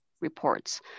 reports